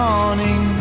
morning